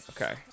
Okay